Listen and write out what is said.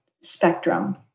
spectrum